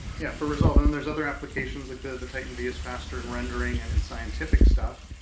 yeah, for resolve and there's other applications like the the titan v is faster in rendering and in scientific stuff.